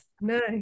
No